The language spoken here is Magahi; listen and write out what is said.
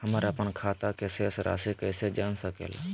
हमर अपन खाता के शेष रासि कैसे जान सके ला?